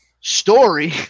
story